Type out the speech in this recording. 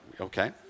Okay